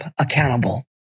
accountable